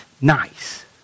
nice